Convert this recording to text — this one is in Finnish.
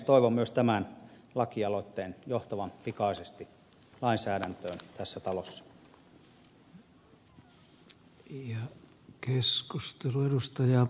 toivon myös tämän laki aloitteen johtavan pikaisesti lainsäädäntöön tässä talossa